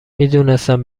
میدونستم